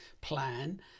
plan